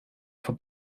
for